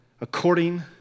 according